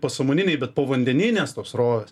pasąmoniniai bet povandeninės tos srovės